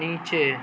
نیچے